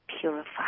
purify